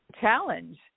challenge